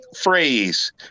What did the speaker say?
phrase